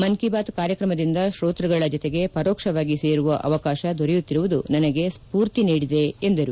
ಮನ್ ಕಿ ಬಾತ್ ಕಾರ್ಯಕ್ರಮದಿಂದ ಶ್ರೋತೃಗಳ ಜತೆಗೆ ಪರೋಕ್ಷವಾಗಿ ಸೇರುವ ಅವಕಾಶ ದೊರೆಯುತ್ತಿರುವುದು ನನಗೆ ಸ್ಪೂರ್ತಿ ನೀಡಿದೆ ಎಂದರು